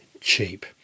cheap